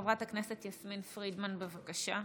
חברת הכנסת יסמין פרידמן, בבקשה.